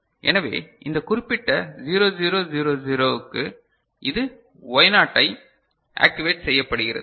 எனவே இந்த குறிப்பிட்ட 0 0 0 0 க்கு இது Y0 ஐ ஆக்டிவேட் செய்யப்படுகிறது